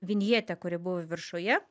vinjetė kuri buvo viršuje